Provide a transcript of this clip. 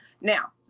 Now